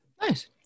Nice